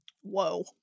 Whoa